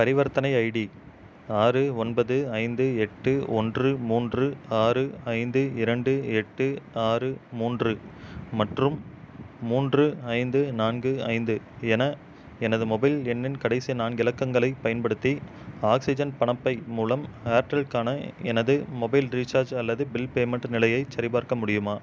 பரிவர்த்தனை ஐடி ஆறு ஒன்பது ஐந்து எட்டு ஒன்று மூன்று ஆறு ஐந்து இரண்டு எட்டு ஆறு மூன்று மற்றும் மூன்று ஐந்து நான்கு ஐந்து என எனது மொபைல் எண்ணின் கடைசி நான்கு இலக்கங்களைப் பயன்படுத்தி ஆக்ஸிஜன் பணப்பை மூலம் ஏர்டெல்க்கான எனது மொபைல் ரீசார்ஜ் அல்லது பில் பேமெண்ட் நிலையைச் சரிப்பார்க்க முடியுமா